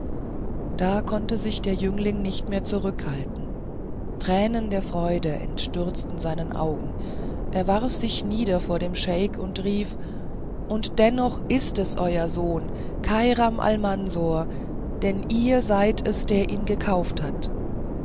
da konnte sich der jüngling nicht mehr zurückhalten tränen der freude entstürzten seinen augen er warf sich nieder vor dem scheik und rief und dennoch ist es euer sohn kairam almansor denn ihr seid es der ihn gekauft hat